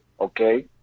Okay